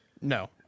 No